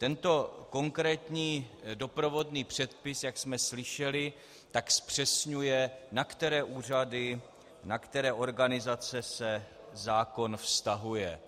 Tento konkrétní doprovodný předpis, jak jsme slyšeli, zpřesňuje, na které úřady, na které organizace se zákon vztahuje.